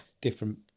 different